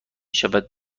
شود